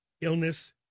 illness